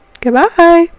goodbye